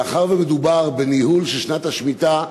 מאחר שמדובר בניהול של שנת השמיטה,